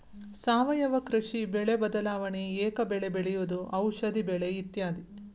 ಸಾವಯುವ ಕೃಷಿ, ಬೆಳೆ ಬದಲಾವಣೆ, ಏಕ ಬೆಳೆ ಬೆಳೆಯುವುದು, ಔಷದಿ ಬೆಳೆ ಇತ್ಯಾದಿ